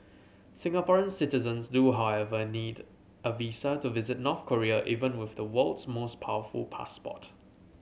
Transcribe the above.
Singaporean citizens do however need a visa to visit North Korea even with the world's most powerful passport